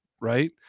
right